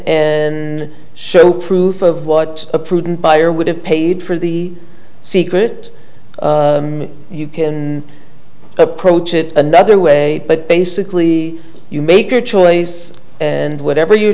in show proof of what a prudent buyer would have paid for the secret you can approach it another way but basically you make your choice and whatever your